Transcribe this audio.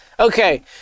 Okay